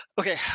okay